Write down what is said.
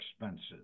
expenses